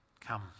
Come